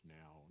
now